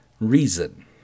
reason